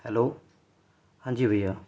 hello ہاں جی بھیا